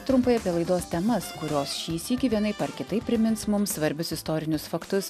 trumpai apie laidos temas kurios šį sykį vienaip ar kitaip primins mums svarbius istorinius faktus